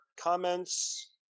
comments